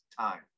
time